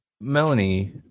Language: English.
Melanie